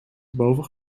boven